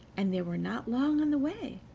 and they were not long on the way.